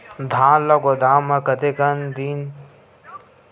धान ल गोदाम म कतेक दिन रख सकथव?